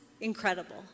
incredible